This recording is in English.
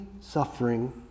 suffering